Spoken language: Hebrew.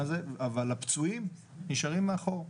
אבל הפצועים נשארים מאחור.